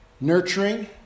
nurturing